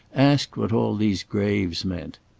asked what all these graves meant.